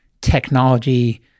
technology